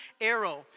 arrow